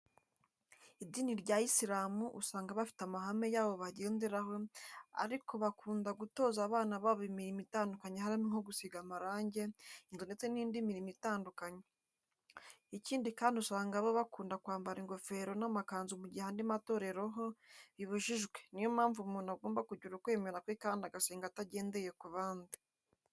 Idini rya isilamu usanga bafite amahame yabo bagenderaho ariko bakunda gutoza abana babo imirimo itandukanye harimo nko gusiga amarange inzu ndetse n'indi mirimo itandukanye, ikindi kandi usanga bo bakunda kwambara ingofero n'amakanzu mu gihe andi matorero ho bibujijwe, ni yo mpamvu umuntu agomba kugira ukwemera kwe kandi agasenga atagendeye ku bandi.